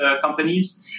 companies